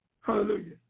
Hallelujah